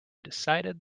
decided